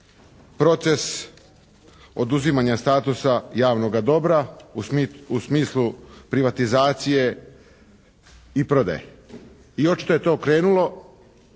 proces oduzimanja statusa javnoga dobra u smislu privatizacije i prodaje i očito je to krenulo,